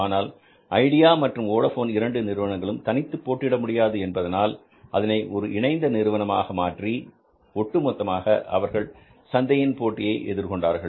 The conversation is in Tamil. ஆனால் ஐடியா மற்றும் வோடபோன் இரண்டு நிறுவனங்களும் தனித்து போட்டியிட முடியாது என்பதனால் அதனை ஒரு இணைந்த நிறுவனமாக மாற்றி ஒட்டுமொத்தமாக அவர்கள் சந்தையின் போட்டியை எதிர்கொண்டார்கள்